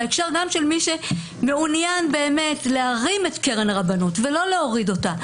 בהקשר של מי שמעוניין באמת להרים את קרן הרבנות ולא להוריד אותה,